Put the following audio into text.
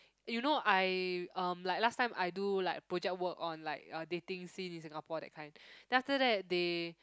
you know I um like last time I do like project work on like uh dating scene in Singapore that kind then after that they